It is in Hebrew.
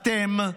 אתם,